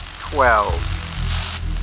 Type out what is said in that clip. twelve